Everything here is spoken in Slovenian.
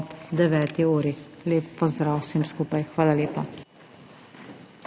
ob 9. uri. Lep pozdrav vsem skupaj! Hvala lepa.